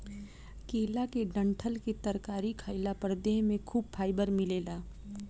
केला के डंठल के तरकारी खइला पर देह में खूब फाइबर मिलेला